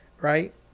right